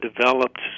developed